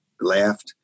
laughed